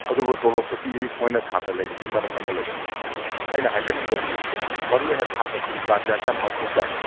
ꯑꯗꯨꯕꯨ ꯇꯣꯂꯣꯞꯁꯨ ꯄꯤꯛꯏ ꯃꯣꯏꯅ ꯁꯥꯠꯇ꯭ꯔ ꯂꯩꯔꯤꯁꯤꯒꯤ ꯃꯔꯝ ꯑꯃ ꯂꯩ ꯑꯩꯅ ꯍꯥꯏꯖꯅꯤꯡꯕꯗꯤ ꯃꯔꯨ ꯑꯣꯏꯅ ꯁꯥꯠꯇ꯭ꯔꯁꯤꯡ ꯒꯥꯔꯖꯤꯌꯥꯟꯁꯦ ꯌꯥꯝ ꯃꯊꯧ ꯇꯥꯏ